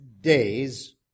days